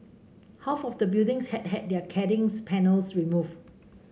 half of the buildings had had their cladding panels removed